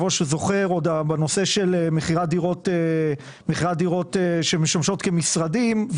ראש בנושא של מכירת דירות שמשמשות כמשרדים.